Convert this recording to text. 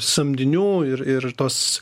samdinių ir ir tos